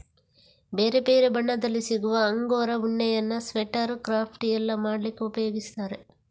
ಬೇರೆ ಬೇರೆ ಬಣ್ಣದಲ್ಲಿ ಸಿಗುವ ಅಂಗೋರಾ ಉಣ್ಣೆಯನ್ನ ಸ್ವೆಟರ್, ಕ್ರಾಫ್ಟ್ ಎಲ್ಲ ಮಾಡ್ಲಿಕ್ಕೆ ಉಪಯೋಗಿಸ್ತಾರೆ